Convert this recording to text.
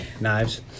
Knives